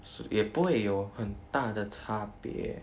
也不会有很大的差别